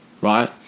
right